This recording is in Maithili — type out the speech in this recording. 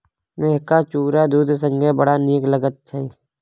मेहका चुरा दूध संगे बड़ नीक लगैत छै